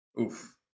Oof